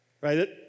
right